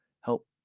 help